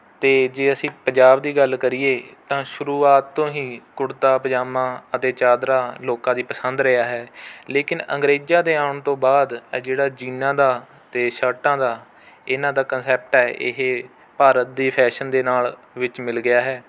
ਅਤੇ ਜੇ ਅਸੀਂ ਪੰਜਾਬ ਦੀ ਗੱਲ ਕਰੀਏ ਤਾਂ ਸ਼ੁਰੂਆਤ ਤੋਂ ਹੀ ਕੁੜਤਾ ਪਜਾਮਾ ਅਤੇ ਚਾਦਰਾ ਲੋਕਾਂ ਦੀ ਪਸੰਦ ਰਿਹਾ ਹੈ ਲੇਕਿਨ ਅੰਗਰੇਜ਼ਾਂ ਦੇ ਆਉਣ ਤੋਂ ਬਾਅਦ ਆ ਜਿਹੜਾ ਜੀਨਾਂ ਦਾ ਅਤੇ ਸ਼ਰਟਾਂ ਦਾ ਇਹਨਾਂ ਦਾ ਕਨਸੈਪਟ ਹੈ ਇਹ ਭਾਰਤ ਦੇ ਫੈਸ਼ਨ ਦੇ ਨਾਲ ਵਿੱਚ ਮਿਲ ਗਿਆ ਹੈ